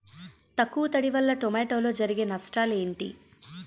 తక్కువ తడి వల్ల టమోటాలో జరిగే నష్టాలేంటి?